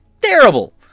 Terrible